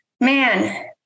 man